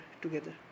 together